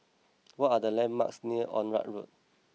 what are the landmarks near Onraet Road